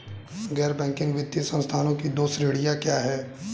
गैर बैंकिंग वित्तीय संस्थानों की दो श्रेणियाँ क्या हैं?